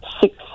six